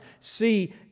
see